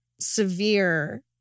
severe